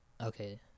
okay